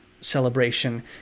celebration